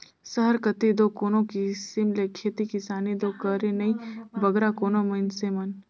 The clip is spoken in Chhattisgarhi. सहर कती दो कोनो किसिम ले खेती किसानी दो करें नई बगरा कोनो मइनसे मन